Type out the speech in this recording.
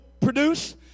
produce